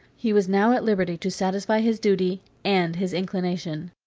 he was now at liberty to satisfy his duty and his inclination.